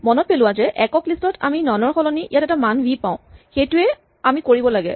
মনত পেলোৱা যে একক লিষ্ট ত আমি নন ৰ সলনি ইয়াত এটা মান ভি পাওঁ সেইটোৱেই আমি কৰিব লাগে